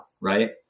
right